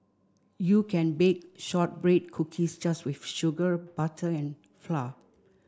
you can bake shortbread cookies just with sugar butter and flour